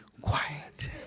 quiet